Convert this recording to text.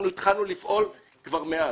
והתחלנו לפעול כבר מאז.